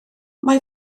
mae